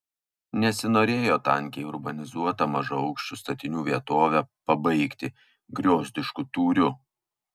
nesinorėjo tankiai urbanizuotą mažaaukščių statinių vietovę pabaigti griozdišku tūriu